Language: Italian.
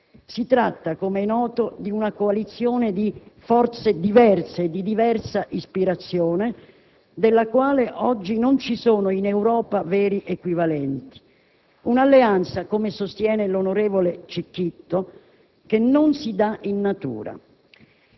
Si tratta, come è noto, di una coalizione di forze diverse e di diversa ispirazione, della quale oggi non ci sono in Europa veri equivalenti, di un alleanza che, come sostiene l'onorevole Cicchito, non si dà in natura.